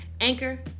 Anchor